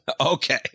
Okay